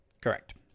Correct